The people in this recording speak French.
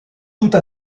toute